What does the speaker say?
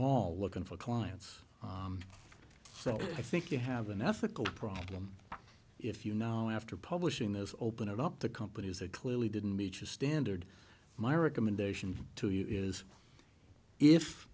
all looking for clients so i think you have an ethical problem if you know after publishing those open it up to companies that clearly didn't meet your standard my recommendation to you is if